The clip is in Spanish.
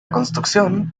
construcción